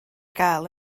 gael